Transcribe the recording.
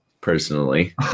personally